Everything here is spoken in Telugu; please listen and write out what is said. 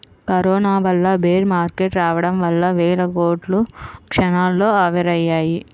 కరోనా వల్ల బేర్ మార్కెట్ రావడం వల్ల వేల కోట్లు క్షణాల్లో ఆవిరయ్యాయి